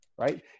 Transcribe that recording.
Right